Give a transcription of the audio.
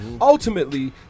ultimately